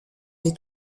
des